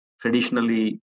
traditionally